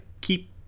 keep